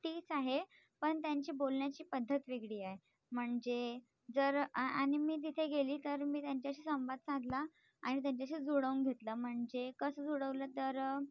तीच आहे पण त्यांची बोलण्याची पद्धत वेगळी आहे म्हणजे जर आ आणि मी तिथे गेली तर मी त्यांच्याशी संवाद साधला आणि त्यांच्याशी जुळवून घेतलं म्हणजे कसं जुळवलं तर